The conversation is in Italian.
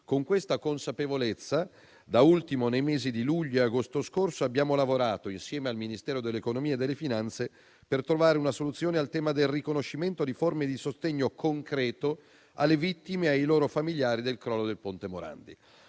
Con questa consapevolezza, da ultimo, nei mesi di luglio e agosto scorso, abbiamo lavorato insieme al Ministero dell'economia e delle finanze per trovare una soluzione al tema del riconoscimento di forme di sostegno concreto alle vittime e ai familiari del crollo del Ponte Morandi.